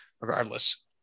regardless